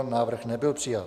Návrh nebyl přijat.